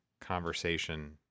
conversation